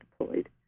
deployed